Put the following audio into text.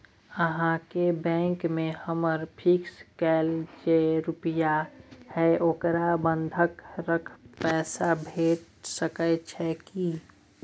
अहाँके बैंक में हमर फिक्स कैल जे रुपिया हय ओकरा बंधक रख पैसा भेट सकै छै कि?